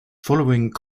following